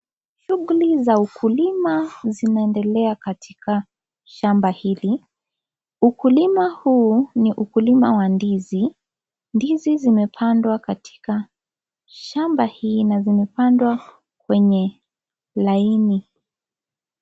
Shughuli za ukulima zinaendelea katika shamba hili, ukulima huu ni ukulima wa ndizi, ndizi zimepandwa katika shamba hii na zimepandwa kwenye laini.